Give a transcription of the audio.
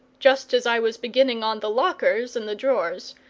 just as i was beginning on the lockers and the drawers,